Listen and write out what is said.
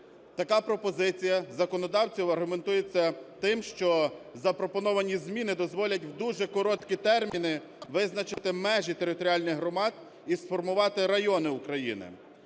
Така пропозиція законодавців аргументується тим, що запропоновані зміни дозволять в дуже короткі терміни визначити межі територіальних громад і сформувати райони України.